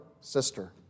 sister